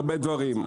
הרבה דברים,